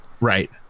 right